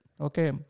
okay